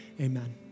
Amen